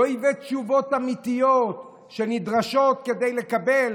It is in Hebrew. לא הבאת תשובות אמיתיות שנדרשות כדי לקבל